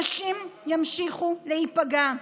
נשים ימשיכו להיפגע.